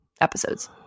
episodes